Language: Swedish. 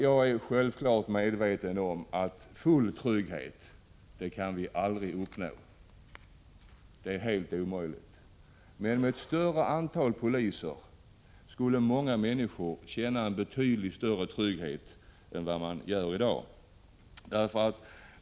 Jag är självfallet medveten om att full trygghet kan vi aldrig uppnå. Det är helt omöjligt. Men med större antal poliser skulle många människor känna betydligt större trygghet än vad de gör i dag.